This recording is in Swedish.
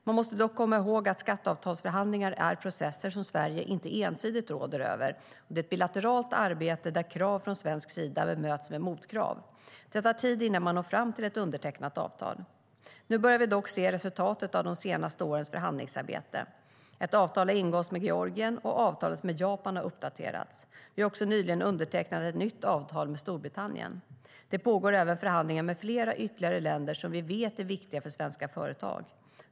Man måste dock komma ihåg att skatteavtalsförhandlingar är processer som Sverige inte ensidigt råder över. Det är ett bilateralt arbete där krav från svensk sida bemöts med motkrav. Det tar tid innan man når fram till ett undertecknat avtal. Nu börjar vi dock se resultatet av de senaste årens förhandlingsarbete. Ett avtal har ingåtts med Georgien, och avtalet med Japan har uppdaterats. Vi har också nyligen undertecknat ett nytt avtal med Storbritannien. Det pågår även förhandlingar med flera ytterligare länder som vi vet är viktiga för svenska företag.